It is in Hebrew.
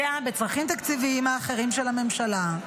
פוגע בצרכים התקציביים האחרים של הממשלה.